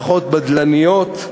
פחות בדלניות,